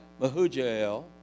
Mahujael